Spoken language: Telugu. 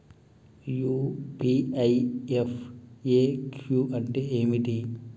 యూ.పీ.ఐ ఎఫ్.ఎ.క్యూ అంటే ఏమిటి?